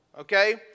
Okay